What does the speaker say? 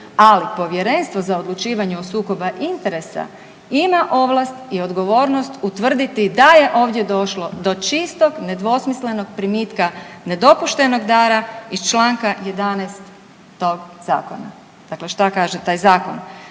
ali Povjerenstvo za odlučivanje o sukobu interesa ima ovlast i odgovornost utvrditi da je ovdje došlo do čistog nedvosmislenog primitka nedopuštenog dara iz čl. 11. tog zakona. Dakle, šta kaže taj zakon?